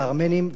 והטבח,